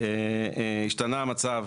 והשתנה המצב,